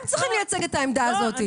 הם צריכים לייצג את העמדה הזאת.